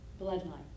bloodline